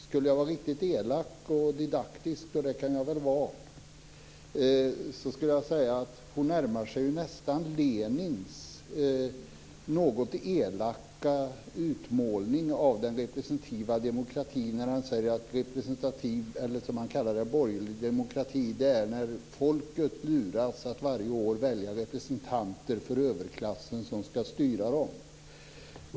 Om jag ska vara lite elak och didaktisk kan jag säga att hon närmar sig nästan Lenins något elaka utmålning av den representativa demokratin när han sade att borgerlig demokrati är när folket luras att varje år välja representanter ur överklassen som ska styra dem.